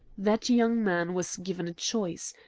that young man was given a choice.